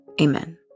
amen